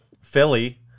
Philly